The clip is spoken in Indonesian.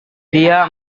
dia